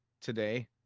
today